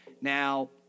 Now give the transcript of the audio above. Now